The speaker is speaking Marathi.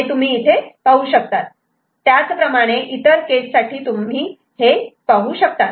हे तुम्ही इथे पाहू शकतात त्याच प्रमाणे इतर केस साठी सुद्धा पाहू शकतात